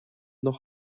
noch